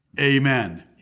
Amen